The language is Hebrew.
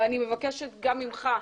ואני מבקשת גם ממך,